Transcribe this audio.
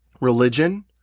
religion